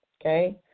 Okay